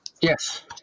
Yes